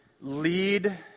lead